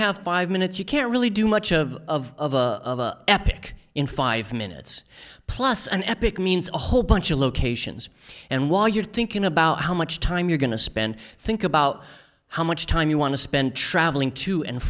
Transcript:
have five minutes you can't really do much of a epic in five minutes plus an epic means a whole bunch of locations and while you're thinking about how much time you're going to spend think about how much time you want to spend traveling to and